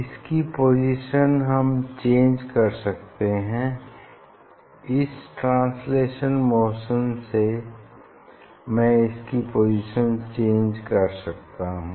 इसकी पोजीशन हम चेंज कर सकते हैं इस ट्रांसलेशनल मोशन से मैं इसकी पोजीशन चेंज कर सकता हूँ